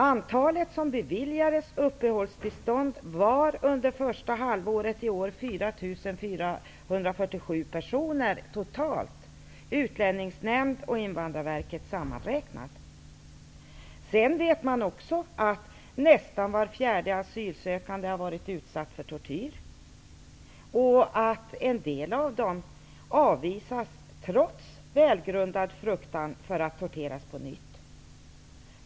Antalet personer som beviljades uppehållstillstånd under det första halvåret i år var 4 447 totalt, med Man vet också att nästan var fjärde asylsökande har varit utsatt för tortyr och att en del avvisas trots välgrundad fruktan för att de skall torteras på nytt.